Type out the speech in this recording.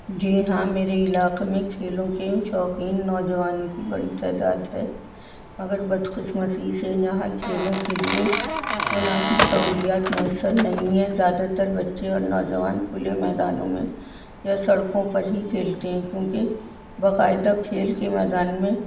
جی ہاں میرے علاقے میں کھیلوں کے شوقین نوجوانوں کی بڑی تعداد ہے مگر بدقسمتی سے یہاں کھیلوں کے لیے مناسب سہولیات میسر نہیں ہیں زیادہ تر بچے اور نوجوان کھلے میدانوں میں یا سڑکوں پر ہی کھیلتے ہیں کیونکہ باقاعدہ کھیل کے میدان میں